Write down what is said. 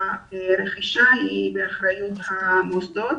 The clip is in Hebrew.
הרכישה היא באחריות המוסדות.